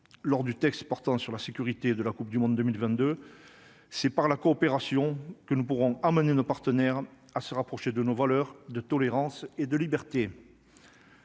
lors du texte portant sur la sécurité de la Coupe du monde 2022, c'est par la coopération que nous pourrons amener nos partenaires à se rapprocher de nos valeurs de tolérance et de liberté.